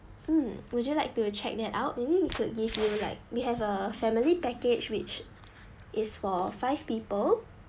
mm would you like to check that out maybe we could give you like we have a family package which is for five people